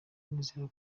nizera